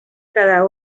cada